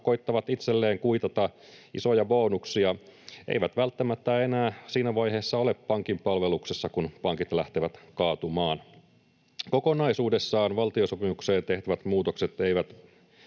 koettavat itselleen kuitata isoja bonuksia — eivät välttämättä enää siinä vaiheessa ole pankin palveluksessa, kun pankit lähtevät kaatumaan. Kokonaisuudessaan valtiosopimukseen tehtävät muutokset eivät